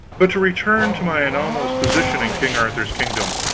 but to return to my anomalous position in king arthur's kingdom.